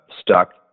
stuck